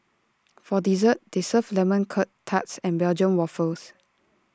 for dessert they serve lemon Curt tarts and Belgium Waffles